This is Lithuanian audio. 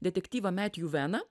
detektyvą metjų veną